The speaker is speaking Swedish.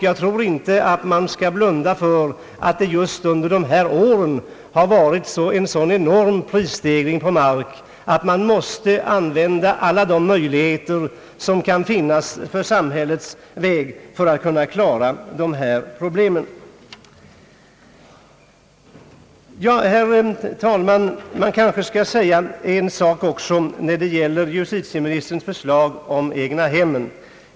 Jag tror inte man skall blunda för ati det just under dessa år inträffat en så enorm prisstegring på mark att samhället måste utnyttja alla de möjligheter som kan finnas att klara dessa problem. Jag skall kanske också, herr talman, säga en sak när det gäller justitieministerns förslag om egnahemmen.